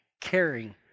caring